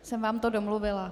Jsem vám to domluvila.